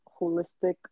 holistic